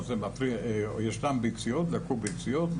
ישנן ביציות, לקחו ביציות.